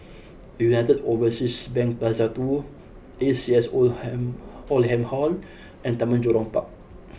United Overseas Bank Plaza two A C S Oldham Hall and and Taman Jurong Park